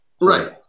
right